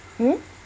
hmm